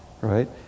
right